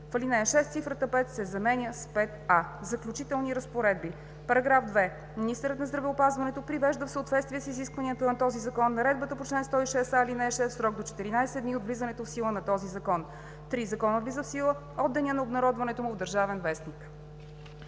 В ал. 6 цифрата „5“ се заменя с „5а“. „Заключителни разпоредби“. „§ 2. Министърът на здравеопазването привежда в съответствие с изискванията на този закон наредбата по чл. 106а, ал. 6 в срок до 14 дни от влизането в сила на този закон. § 3. Законът влиза в сила от деня на обнародването му в „Държавен вестник“.“